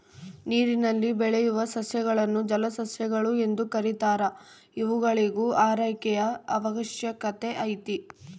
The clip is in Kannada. ನೀರಿನಲ್ಲಿ ಬೆಳೆಯುವ ಸಸ್ಯಗಳನ್ನು ಜಲಸಸ್ಯಗಳು ಎಂದು ಕೆರೀತಾರ ಇವುಗಳಿಗೂ ಆರೈಕೆಯ ಅವಶ್ಯಕತೆ ಐತೆ